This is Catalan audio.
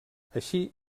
així